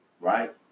right